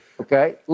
Okay